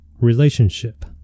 relationship